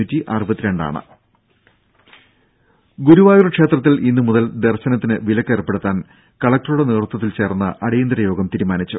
രുഭ ഗുരുവായൂർ ക്ഷേത്രത്തിൽ ഇന്നുമുതൽ ദർശനത്തിന് വിലക്ക് ഏർപ്പെടുത്താൻ കലക്ടറുടെ നേതൃത്വത്തിൽ ചേർന്ന അടിയന്തര യോഗം തീരുമാനിച്ചു